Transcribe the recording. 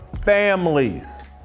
families